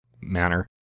manner